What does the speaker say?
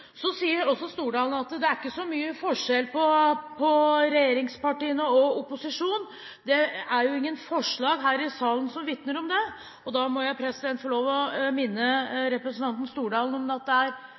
så mye forskjell på regjeringspartiene og opposisjonen, og at det ikke er noen forslag her i salen som vitner om det. Da må jeg få lov til å minne